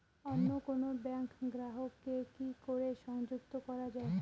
অন্য কোনো ব্যাংক গ্রাহক কে কি করে সংযুক্ত করা য়ায়?